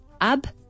ab